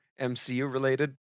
MCU-related